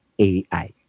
AI